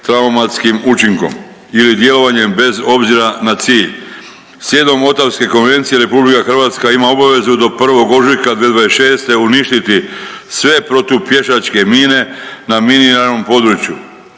traumatskim učinkom ili djelovanjem bez obzira na cilj. Slijedom Otavke konvencije, RH ima obavezu do 1. ožujka 2026. uništiti sve protupješačke mine na miniranom području.